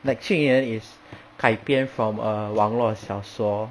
like 庆余年 is 改编 from a 网络小说